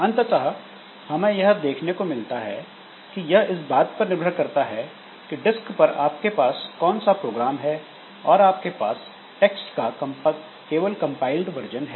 अंततः हमें यह देखने को मिलता है कि यह इस बात पर निर्भर करता है कि डिस्क पर आपके पास कौन सा प्रोग्राम है और आपके पास टेक्स्ट का केवल कंपाइल्ड वर्जन है